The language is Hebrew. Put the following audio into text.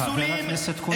חבר הכנסת כהן, די.